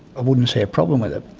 ah wouldn't see a problem with it.